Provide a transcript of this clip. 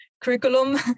curriculum